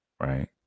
right